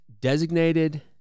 designated